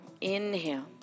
inhale